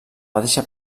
mateixa